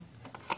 כלומר יש